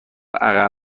عقب